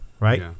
Right